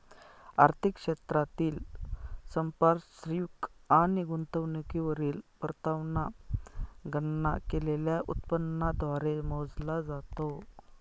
आर्थिक क्षेत्रातील संपार्श्विक आणि गुंतवणुकीवरील परतावा गणना केलेल्या उत्पन्नाद्वारे मोजला जातो